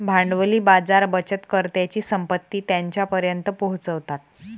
भांडवली बाजार बचतकर्त्यांची संपत्ती त्यांच्यापर्यंत पोहोचवतात